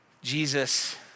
Jesus